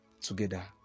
Together